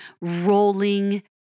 rolling